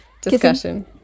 Discussion